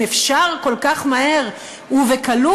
אם אפשר כל כך מהר ובקלות,